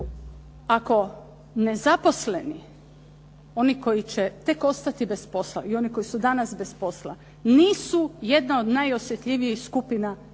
Ako ne zaposleni, oni koji će tek ostati bez posla i oni koji su danas bez posla, nisu jedna od najosjetljivijih skupina